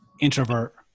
introvert